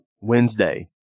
Wednesday